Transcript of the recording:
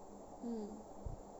mm